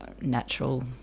natural